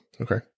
Okay